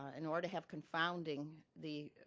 ah in order to have confounding, the